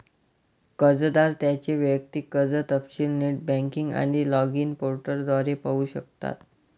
कर्जदार त्यांचे वैयक्तिक कर्ज तपशील नेट बँकिंग आणि लॉगिन पोर्टल द्वारे पाहू शकतात